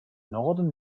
norden